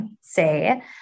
say